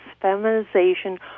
feminization